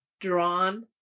drawn